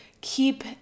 keep